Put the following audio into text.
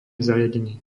zariadenie